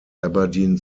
aberdeen